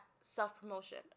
self-promotion